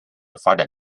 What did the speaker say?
发展